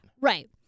Right